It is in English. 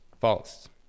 false